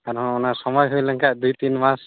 ᱟᱨᱚᱦᱚᱸ ᱥᱚᱢᱳᱭ ᱦᱩᱭᱞᱮᱱᱠᱷᱟᱱ ᱫᱩᱭ ᱛᱤᱱ ᱢᱟᱥ